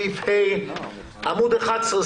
סעיף (ה); עמוד 11,